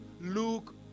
Luke